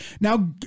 Now